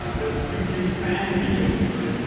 ah there's youtube fan videos of her.